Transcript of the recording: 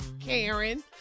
Karen